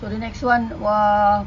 for the next one uh